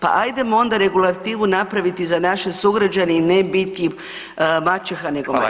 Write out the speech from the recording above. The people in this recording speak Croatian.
Pa ajdemo onda regulativu napraviti za naše sugrađane i ne biti maćeha nego majka.